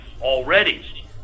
already